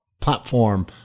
platform